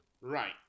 Right